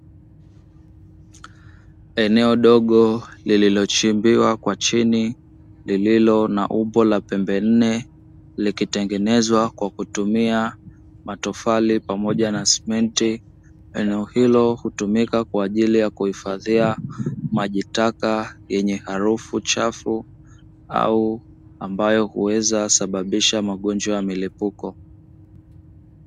Eneo dogo lililochimbiwa kwa chini lililo na umbo la pembe nne, likitengenezwa kwa kutumia matofali pamoja na simenti, eneo hilo hutumika kwa ajili ya kuhifadhia majitaka yenye harufu chafu au ambayo huweza sababisha magonjwa ya milipuko.